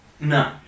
No